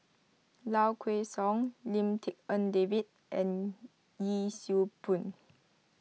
Low Kway Song Lim Tik En David and Yee Siew Pun